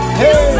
hey